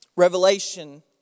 Revelation